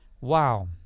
Wow